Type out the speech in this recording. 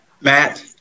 Matt